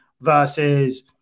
versus